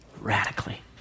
radically